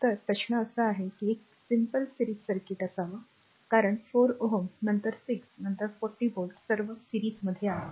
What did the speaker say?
तर प्रश्न असा आहे की एक simple series circuit असावा कारण 4 Ω नंतर 6 नंतर 40 व्होल्ट सर्व series मध्ये आहेत